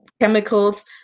chemicals